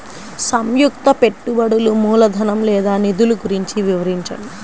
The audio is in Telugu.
సంయుక్త పెట్టుబడులు మూలధనం లేదా నిధులు గురించి వివరించండి?